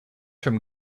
from